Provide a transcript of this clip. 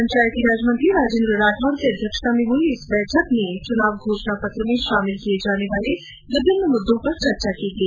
पंचायती राज मंत्री राजेन्द्र राठौंड की अध्यक्षता में आयोजित हुई इस बैठक में चुनाव घोषणा पत्र में शामिल किये जाने वाली विभिन्न मुद्दो पर चर्चा की गई